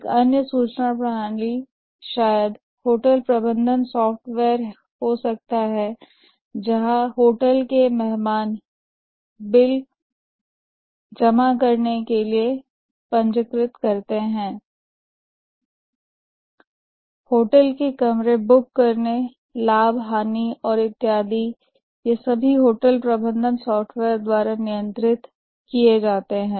एक अन्य सूचना प्रणाली शायद होटल प्रबंधन सॉफ्टवेयर हो सकता है जहां होटल के मेहमान बिल भुगतान करने के लिए पंजीकृत करते हैं होटल के कमरे बुक करने लाभ और हानि इत्यादि जानते है ये सभी होटल प्रबंधन सॉफ्टवेयर द्वारा नियंत्रित किए जाते हैं